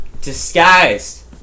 Disguised